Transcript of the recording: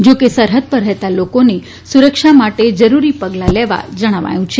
જો કે સરહદ પર રહેતા લોકોને સુરક્ષા માટે જરૂરી પગલાં લેવા જણાવાયું છે